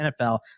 NFL